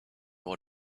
will